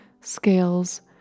scales